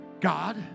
God